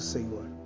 Senhor